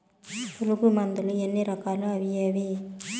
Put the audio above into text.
పులుగు మందులు ఎన్ని రకాలు అవి ఏవి?